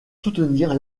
soutenir